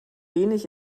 wenig